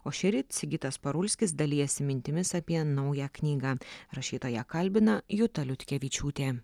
o šįryt sigitas parulskis dalijasi mintimis apie naują knygą rašytoją kalbina juta liutkevičiūtė